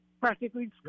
practically